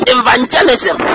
evangelism